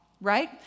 Right